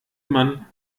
man